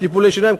טיפולי שיניים,